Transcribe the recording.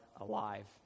alive